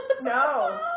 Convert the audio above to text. No